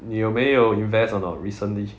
你有没有 invest or not recently